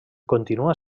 continua